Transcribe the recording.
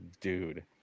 dude